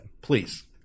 Please